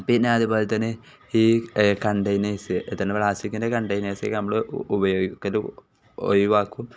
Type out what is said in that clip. പിന്നെ അതുപോലെ തന്നെ ഈ കണ്ടെയ്നേഴ്സ് തന്നെ പ്ലാസ്റ്റിക്കിൻ്റെ കണ്ടെയ്നേഴ്സ് നമ്മൾ ഉപയോഗിക്കൽ ഒഴിവാക്കും